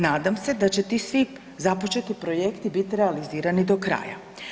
Nadam se da će ti svi započeti projekti biti realizirani do kraja.